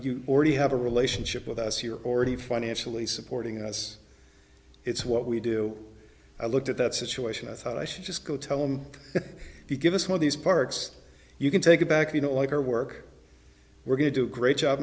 are already have a relationship with us here already financially supporting us it's what we do i looked at that situation i thought i should just go tell him you give us some of these parks you can take a back you know like our work we're going to do a great job